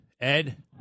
Ed